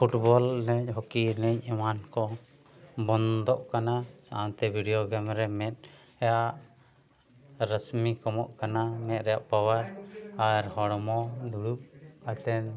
football ᱮᱱᱮᱡ ᱦᱚᱠᱤ ᱮᱱᱮᱡ ᱮᱢᱟᱱ ᱠᱚ ᱵᱚᱸᱫᱚᱜ ᱠᱟᱱᱟ ᱟᱨ ᱚᱱᱛᱮ ᱵᱷᱤᱰᱭᱳ ᱜᱮᱹᱢ ᱨᱮᱭᱟᱜ ᱨᱚᱥᱢᱤ ᱠᱚᱢᱚᱜ ᱠᱟᱱᱟ ᱢᱮᱫ ᱨᱮᱭᱟᱜ ᱯᱟᱣᱟᱨ ᱟᱨ ᱦᱚᱲᱢᱚ ᱫᱩᱲᱩᱵ ᱠᱟᱛᱮᱫ